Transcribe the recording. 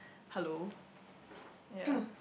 hello ya